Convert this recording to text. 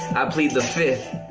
i plead the fifth.